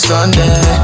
Sunday